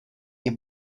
est